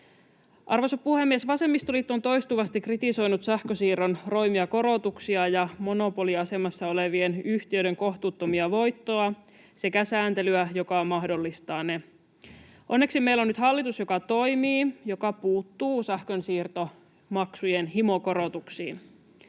Arvoisa puhemies! Vasemmistoliitto on toistuvasti kritisoinut sähkönsiirron roimia korotuksia ja monopoliasemassa olevien yhtiöiden kohtuuttomia voittoja sekä sääntelyä, joka mahdollistaa ne. Onneksi meillä on nyt hallitus, joka toimii ja joka puuttuu sähkön siirtomaksujen himokorotuksiin.